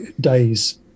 days